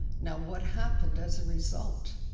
now, what happened as a result?